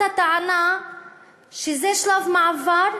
בטענה שזה שלב מעבר,